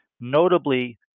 notably